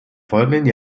folgenden